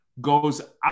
goes